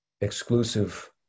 exclusive